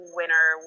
winner